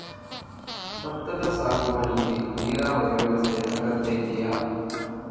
ಭತ್ತದ ಸಾಗುವಳಿಗೆ ನೀರಾವರಿ ವ್ಯವಸ್ಥೆ ಅಗತ್ಯ ಇದೆಯಾ?